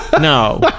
no